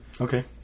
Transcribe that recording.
Okay